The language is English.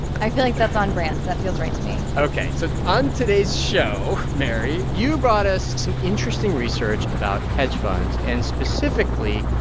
i feel like that's on brand. that feels right to me ok, so on today's show, mary, you brought us some interesting research about hedge funds and, specifically,